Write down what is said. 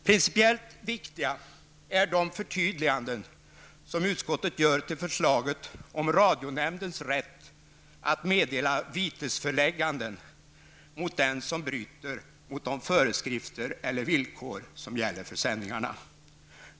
Principiellt viktiga är de förtydliganden som utskottet gör till förslaget om radionämndens rätt att meddela vitesförelägganden mot dem som bryter mot de föreskrifter eller villkor som gäller för sändningarna.